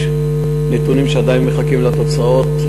ויש עדיין נתונים שמחכים לתוצאות,